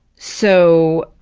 so,